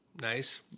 Nice